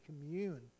commune